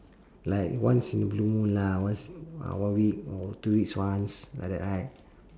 like once in a blue moon lah once in ah one week or two weeks once like that right